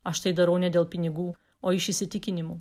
aš tai darau ne dėl pinigų o iš įsitikinimų